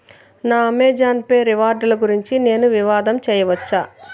నా Amazon Pay రివార్డుల గురించి నేను వివాదం చేయవచ్చా